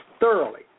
thoroughly